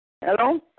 Hello